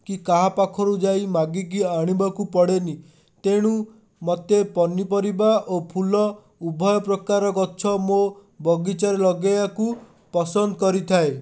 କି କାହା ପାଖରୁ ଯାଇ ମାଗିକି ଆଣିବାକୁ ପଡ଼େନି ତେଣୁ ମୋତେ ପନିପରିବା ଓ ଫୁଲ ଉଭୟ ପ୍ରକାର ଗଛ ମୋ ବଗିଚାରେ ଲଗାଇବାକୁ ପସନ୍ଦ କରିଥାଏ